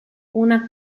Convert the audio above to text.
una